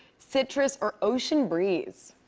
citrus, or ocean breeze.